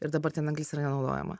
ir dabar ten anglis yra nenaudojama